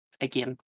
again